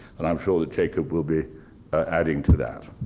and i'm sure that jacob will be adding to that.